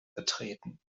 betreten